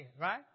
right